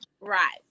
Right